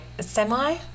semi